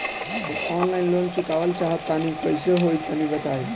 हम online loan चुकावल चाहऽ तनि कइसे होई तनि बताई?